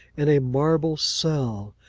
in a marble cell,